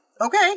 okay